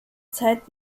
zeit